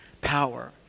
power